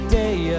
day